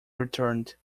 returned